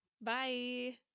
Bye